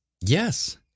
Yes